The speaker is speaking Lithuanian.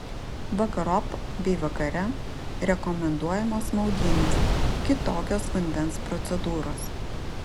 vakarop bei vakare rekomenduojamos maudynės kitokios vandens procedūros